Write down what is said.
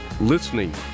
listening